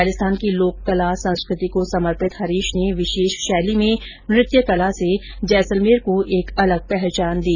राजस्थान की लोक कला संस्कृति को समर्पित हरीश ने विशेष शैली में नृत्य कला से जैसलमेर को एक अलग पहचान दी